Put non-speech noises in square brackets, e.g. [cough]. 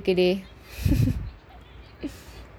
[laughs]